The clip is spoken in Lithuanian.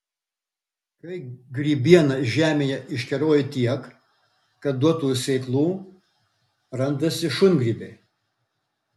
kai grybiena žemėje iškeroja tiek kad duotų sėklų randasi šungrybiai